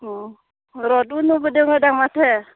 अ र' धुनुबो दङो दां माथो